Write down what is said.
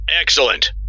Excellent